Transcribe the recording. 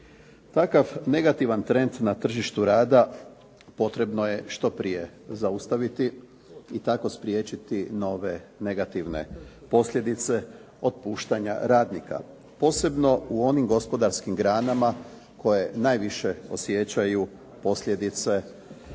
Takav negativan trend na tržištu rada potrebno je što prije zaustaviti i tako spriječiti nove negativne posljedice otpuštanja radnika, posebno u onim gospodarskim granama koje najviše osjećaju posljedice